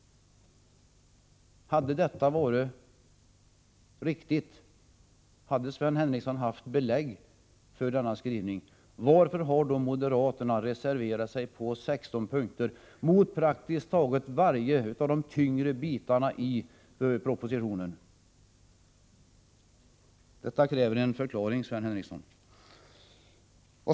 Om detta hade varit riktigt och Sven Henricsson alltså hade haft belägg för denna skrivning, varför har då moderaterna reserverat sig på 16 punkter mot praktiskt taget var enda en av de tyngre bitarna i propositionen? Detta kräver en förklaring, Sven Henricsson.